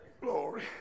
Glory